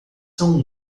são